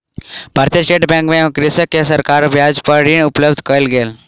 भारतीय state bank मे कृषक के सरकारी ब्याज पर ऋण उपलब्ध कयल गेल